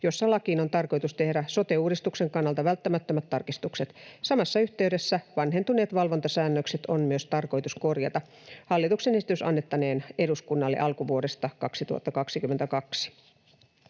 jossa lakiin on tarkoitus tehdä sote-uudistuksen kannalta välttämättömät tarkistukset. Samassa yhteydessä vanhentuneet valvontasäännökset on myös tarkoitus korjata. Hallituksen esitys annettaneen eduskunnalle alkuvuodesta 2020.